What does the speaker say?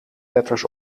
letters